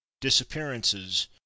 disappearances